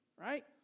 right